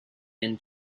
been